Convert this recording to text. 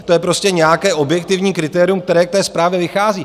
To je prostě nějaké objektivní kritérium, které k té zprávě vychází.